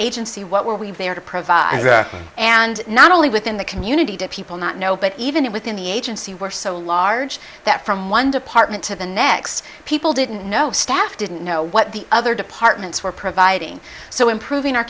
agency what were we there to provide and not only within the community to people not know but even within the agency were so large that from one department to the next people didn't know staff didn't know what the other departments were providing so improving our